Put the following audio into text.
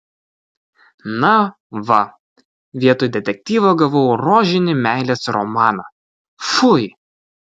na va vietoj detektyvo gavau rožinį meilės romaną fui